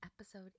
episode